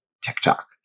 TikTok